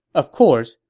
of course,